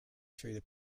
through